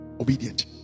obedient